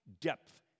depth